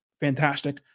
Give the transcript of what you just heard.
fantastic